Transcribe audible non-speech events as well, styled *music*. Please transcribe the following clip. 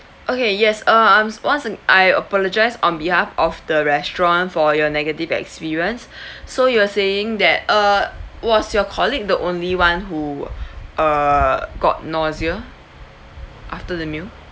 okay yes uh I'm once ag~ I apologise on behalf of the restaurant for your negative experience *breath* so you were saying that uh was your colleague the only one who err got nausea after the meal